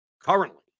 currently